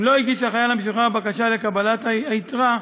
אם לא הגיש החייל המשוחרר בקשה לקבלת היתרה,